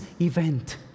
event